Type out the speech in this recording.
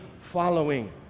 following